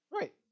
Right